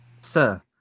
Sir